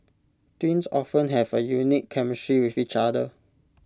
twins often have A unique chemistry with each other